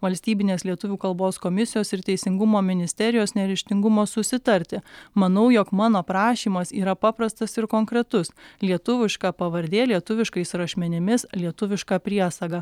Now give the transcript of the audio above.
valstybinės lietuvių kalbos komisijos ir teisingumo ministerijos neryžtingumo susitarti manau jog mano prašymas yra paprastas ir konkretus lietuviška pavardė lietuviškais rašmenimis lietuviška priesaga